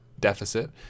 deficit